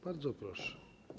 Bardzo proszę.